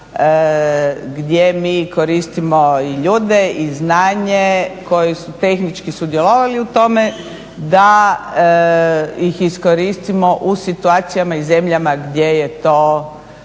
gdje mi koristimo i ljude i znanje koji su tehnički sudjelovali u tome da ih iskoristimo u situacijama i zemljama gdje je to